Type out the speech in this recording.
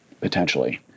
potentially